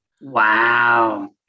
Wow